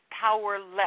powerless